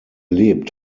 lebt